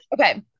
Okay